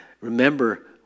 Remember